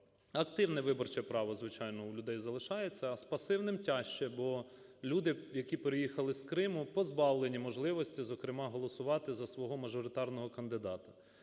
Активне виборче право, звичайно, у людей залишається, а з пасивним тяжче, бо люди, які переїхали з Криму, позбавлені можливості, зокрема, голосувати за свого мажоритарного кандидата.